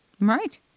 Right